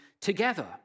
together